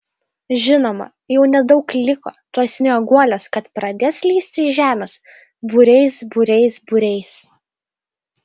žinoma jau nedaug liko tuoj snieguolės kad pradės lįsti iš žemės būriais būriais būriais